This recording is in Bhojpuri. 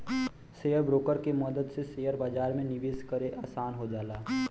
शेयर ब्रोकर के मदद से शेयर बाजार में निवेश करे आसान हो जाला